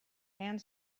and